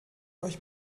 euch